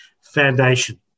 Foundation